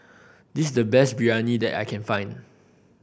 this is the best Biryani that I can find